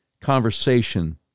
conversation